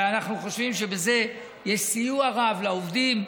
ואנחנו חושבים שבזה יש סיוע רב לעובדים.